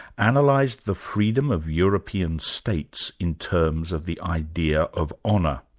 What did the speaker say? and like the freedom of european states in terms of the idea of honour.